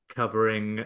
covering